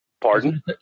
Pardon